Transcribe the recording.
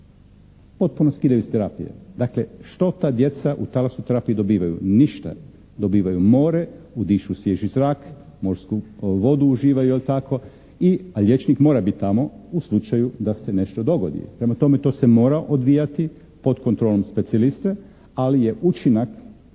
Potpuno skidaju s terapije. Dakle, što ta djeca u talasoterapiji dobivaju? Ništa, dobivaju more, udišu svježi zrak, morsku vodu uživaju, je li tako, a liječnik mora biti tamo u slučaju da se nešto dogodi. Prema tome, to se mora odvijati pod kontrolom specijaliste, ali je učinak